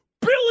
Billy